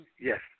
Yes